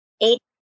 eight